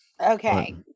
Okay